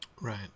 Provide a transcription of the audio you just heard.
Right